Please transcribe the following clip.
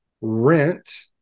rent